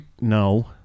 No